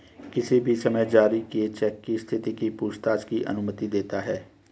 किसी भी समय जारी किए चेक की स्थिति की पूछताछ की अनुमति देता है